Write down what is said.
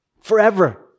forever